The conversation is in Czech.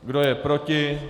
Kdo je proti?